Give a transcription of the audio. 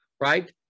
right